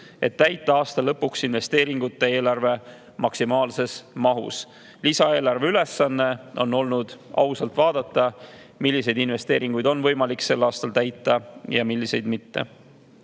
et täita aasta lõpuks investeeringute eelarve maksimaalses mahus. Lisaeelarve ülesanne on olnud ausalt vaadata, milliseid investeeringuid on võimalik sel aastal täita ja milliseid mitte.